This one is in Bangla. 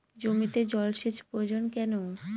জমিতে জল সেচ প্রয়োজন কেন?